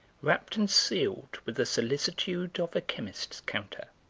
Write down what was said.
wrapped and sealed with the solicitude of a chemist's counter.